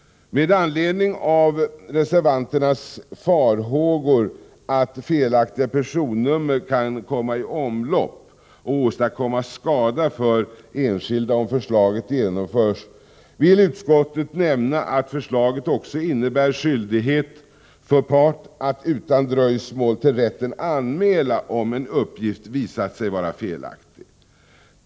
Med anledning av reservanternas farhågor för att felaktiga personnummer kan komma i omlopp och åstadkomma skada för enskilda om förslaget genomförs, vill utskottet nämna att förslaget också innebär skyldighet för part att utan dröjsmål till rätten anmäla om en uppgift har visat sig vara felaktig.